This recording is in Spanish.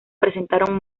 presentaron